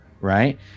right